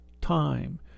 time